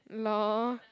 lol